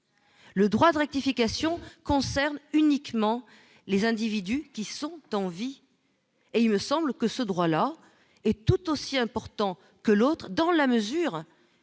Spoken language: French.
le droit de rectification concerne uniquement les individus qui sont en vie et il me semble que ce droit-là est tout aussi important que l'autre, dans la mesure,